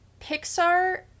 pixar